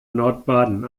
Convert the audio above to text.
nordbaden